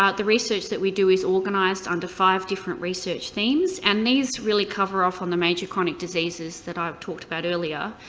the research that we do is organised under five different research themes, and these really cover off on the major chronic diseases that i've talked about earlier.